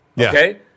okay